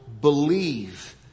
believe